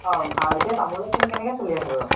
অঁ এতিয়া তামোলৰ পোন কেনেকৈ চলি আছে বাৰু